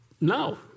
No